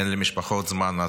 אין למשפחות זמן.